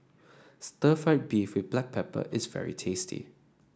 Stir Fried Beef with Black Pepper is very tasty